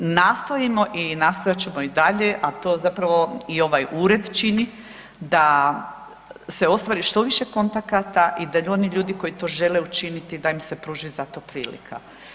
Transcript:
Nastojimo i nastojat ćemo i dalje, a to zapravo i ovaj ured čini da se ostvari što više kontakata i da oni ljudi koji to žele učiniti da im se pruži za to prilika.